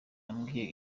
yambwiye